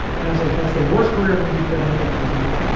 and i was like that's the worst career move you could ever make, elizabeth.